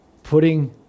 putting